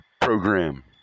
Program